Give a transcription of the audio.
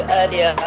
earlier